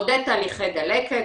מעודד תהליכי דלקת,